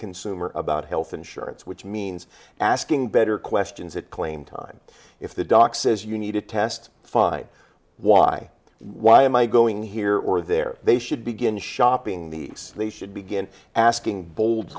consumer about health insurance which means asking better questions that claim time if the doc says you need to test five why why am i going here or there they should begin shopping the sleeze should begin asking bold